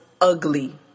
ugly